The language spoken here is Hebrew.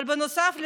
אבל בנוסף לזה,